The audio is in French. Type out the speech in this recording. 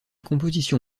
composition